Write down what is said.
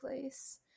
place